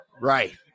right